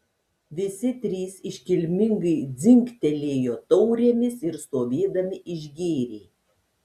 visi trys iškilmingai dzingtelėjo taurėmis ir stovėdami išgėrė